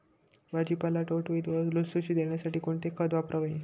भाजीपाला टवटवीत व लुसलुशीत येण्यासाठी कोणते खत वापरावे?